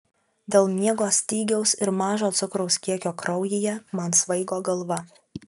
dėl miego stygiaus ir mažo cukraus kiekio kraujyje man svaigo galva